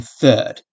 third